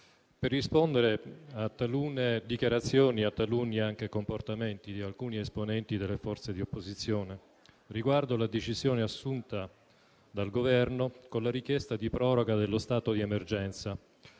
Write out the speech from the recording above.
per rispondere a talune dichiarazioni e anche a taluni comportamenti di alcuni esponenti delle forze di opposizione riguardo alla decisione assunta dal Governo con la richiesta di proroga dello stato di emergenza,